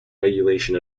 regulation